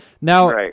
Now